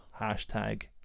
Hashtag